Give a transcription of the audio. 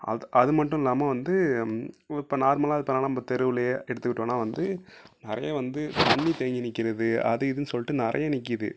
அது அது மட்டும் இல்லாமல் வந்து இப்போ நார்மலாக இப்பெல்லாம் நம்ம தெருவுலேயே எடுத்துக்கிட்டோம்னால் வந்து நிறைய வந்து தண்ணி தேங்கி நிற்கிறது அது இதுன்னு சொல்லிட்டு நிறைய நிற்கிது